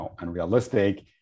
unrealistic